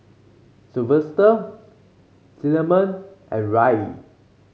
Sylvester Cinnamon and Rae